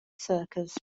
circles